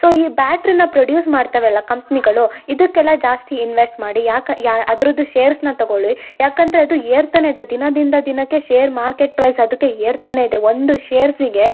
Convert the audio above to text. so ಈ ಬ್ಯಾಟ್ರಿನ produce ಮಾಡ್ತವೆ ಅಲ್ಲಾ ಕಂಪ್ನಿಗಳು ಇದಕ್ಕೆ ಎಲ್ಲ ಜಾಸ್ತಿ ಇನ್ವೆಸ್ಟ್ ಮಾಡಿ ಯಾಕೆ ಯಾ ಅದರದ್ದು ಶೇರ್ಸ್ನ ತಗೊಳಿ ಯಾಕಂದರೆ ಅದು ಏರ್ತಾನೇ ಇದೆ ದಿನದಿಂದ ದಿನಕ್ಕೆ ಶೇರ್ ಮಾರ್ಕೆಟ್ ಪ್ರೈಸ್ ಅದಕ್ಕೆ ಏರ್ತಾನೇ ಇದೆ ಒಂದು ಶೇರ್ಸಿಗೆ